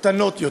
קטנות יותר.